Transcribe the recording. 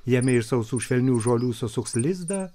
jame iš sausų švelnių žolių susuks lizdą